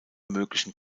möglichen